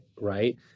Right